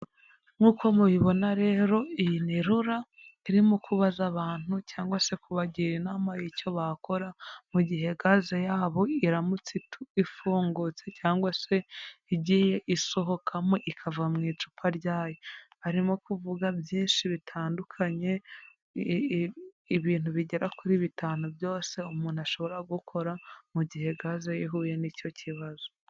Nk'uko mubibona rero iyi ni RURA, irimo kubaza abantu cyangwa se kubagira inama y'icyo bakora mu gihe gaze yabo iramutse ifungutse cyangwa se igiye isohokamo ikava mu icupa ryayo, harimo kuvuga byinshi bitandukanye ibintu bigera kuri bitanu byose umuntu ashobora gukora mu gihe gaze ye ihuye n'icyo kibazo.